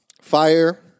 fire